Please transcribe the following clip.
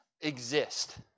exist